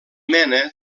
mena